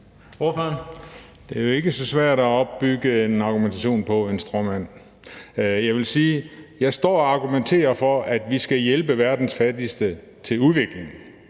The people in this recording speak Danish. Det er jo ikke så svært at opbygge en argumentation på en stråmand. Jeg vil sige, at jeg står og argumenterer for, at vi skal hjælpe verdens fattigste med udvikling.